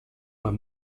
were